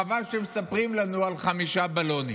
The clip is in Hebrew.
חבל שמספרים לנו על חמישה בלונים.